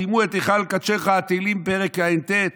טִמאו את היכל קדשך" תהילים פרק ע"ט,